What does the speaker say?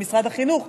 במשרד החינוך,